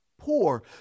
poor